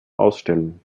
ausstellen